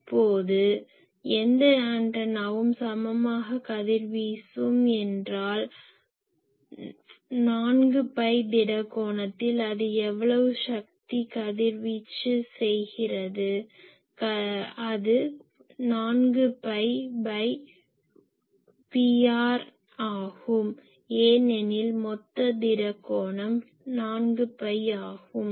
இப்போது எந்த ஆண்டனாவும் சமமாக கதிர்வீசும் என்றால் 4 பை திட கோணத்தில் அது எவ்வளவு சக்தி கதிர்வீச்சு செய்கிறது அது 4பைPr ஆகும் ஏனெனில் மொத்த திட கோணம் 4பை ஆகும்